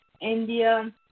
India